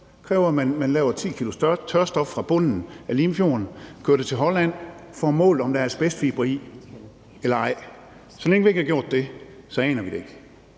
kræver, at man tager 10 kg tørstof fra bunden af Limfjorden, kører det til Holland og får målt, om der asbestfibre i eller ej. Så længe vi ikke har gjort det, aner vi det ikke.